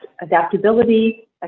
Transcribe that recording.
adaptability